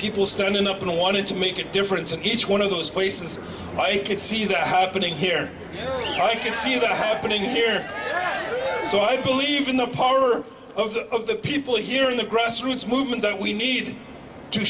people standing up and wanted to make a difference and each one of those places i can see that happening here i can see that happening here so i believe in the power of the people here in the grassroots movement that we need to